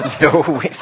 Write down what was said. no